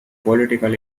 political